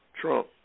Trump